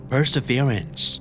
Perseverance